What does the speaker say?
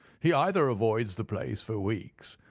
he either avoids the place for weeks,